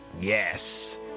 Yes